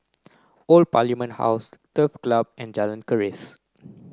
old Parliament House Turf Club and Jalan Keris